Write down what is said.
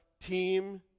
team